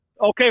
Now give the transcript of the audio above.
okay